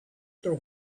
their